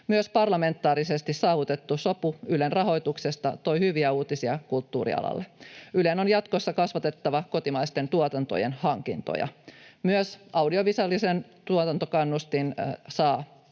Myös parlamentaarisesti saavutettu sopu Ylen rahoituksesta toi hyviä uutisia kulttuurialalle. Ylen on jatkossa kasvatettava kotimaisten tuotantojen hankintoja. Myös audiovisuaalisen alan tuotantokannustin saa